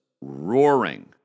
roaring